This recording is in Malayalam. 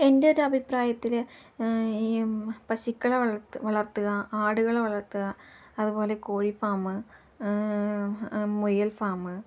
എൻ്റെ ഒരു അഭിപ്രായത്തിൽ ഈ പശുക്കളെ വളർ വളർത്തുക ആടുകളെ വളർത്തുക അതുപോലെ കോഴി ഫാം മുയൽ ഫാം